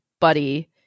buddy